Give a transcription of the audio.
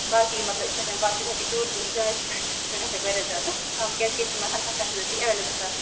باقٕے مطلب یتھ پٲٹھۍ باقٕے دوٗر دوٗر جایہِ چھِ تَمہِ کھۄتہٕ گژھِ واریاہ زیادٕ کَم کیازِ کہِ ییٚتہِ چھِ یِمن ہر کانٛہہ فیسَلٹی ایٚولیبٕل آسان